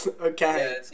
Okay